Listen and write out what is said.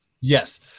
Yes